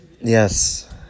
Yes